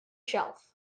shelf